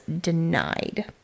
denied